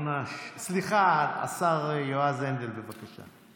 השר יועז הנדל, בבקשה.